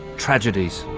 tragedies,